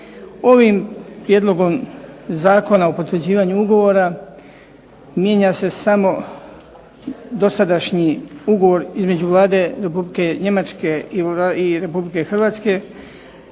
Ovim prijedlogom Zakona o potvrđivanju ugovora mijenja se samo dosadašnji ugovor između Vlade Republike Njemačke i RH na način da se